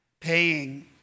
paying